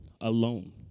alone